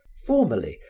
formerly,